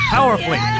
Powerfully